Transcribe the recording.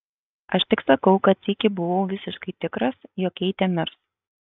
aš tik sakau kad sykį buvau visiškai tikras jog keitė mirs